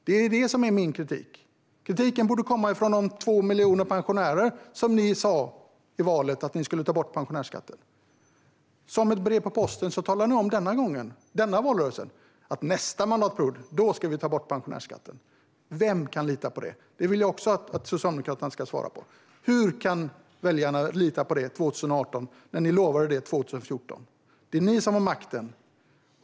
Det är det som är min kritik, och kritiken borde komma från de 2 miljoner pensionärer som ni inför valet sa att ni skulle ta bort pensionärsskatten för. Som ett brev på posten talar ni nu i denna valrörelse om att ni ska ta bort pensionärsskatten nästa mandatperiod. Vem kan lita på det? Det vill jag också att Socialdemokraterna ska svara på. Hur kan väljarna lita på det 2018, när ni lovade samma sak 2014? Det är ni som har makten.